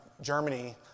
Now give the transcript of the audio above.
Germany